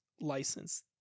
license